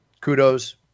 kudos